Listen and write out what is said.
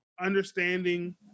understanding